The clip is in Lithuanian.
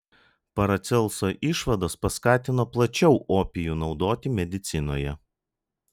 paracelso išvados paskatino plačiau opijų naudoti medicinoje